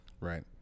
Right